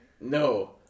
No